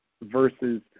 versus